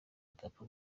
adapfa